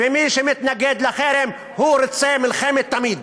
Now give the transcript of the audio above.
ומי שמתנגד לחרם, הוא רוצה מלחמת תמיד.